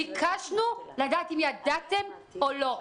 ביקשנו לדעת אם ידעתם או לא.